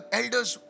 elders